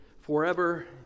forever